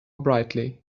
brightly